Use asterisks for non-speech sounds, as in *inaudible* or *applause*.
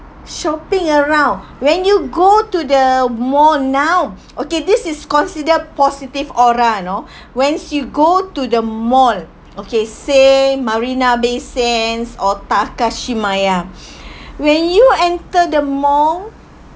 shopping around when you go to the mall now okay this is considered positive aura you know *breath* when you go to the mall okay say marina bay sands or takashimaya *breath* when you enter the mall